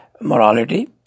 morality